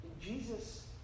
Jesus